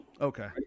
Okay